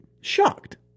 Shocked